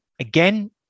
again